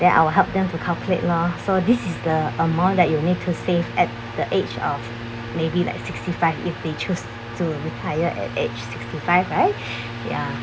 then I will help them to calculate lor so this is the amount that you need to save at the age of maybe like sixty five if they choose to retire at age sixty five right ya